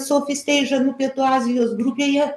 south east asian pietų azijos grupėje